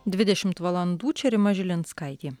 dvidešimt valandų čia rima žilinskaitė